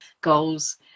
goals